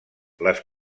les